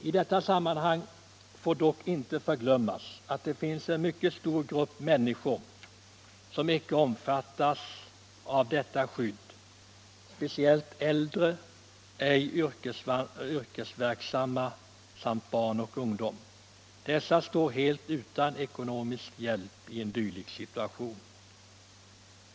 I detta sammanhang får dock inte förglömmas att det finns mycket stora grupper människor som inte omfattas av detta skydd, speciellt äldre, ej yrkesverksamma samt barn och ungdom. Dessa står helt utan ekonomisk hjälp i en dylik situation.